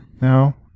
No